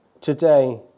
today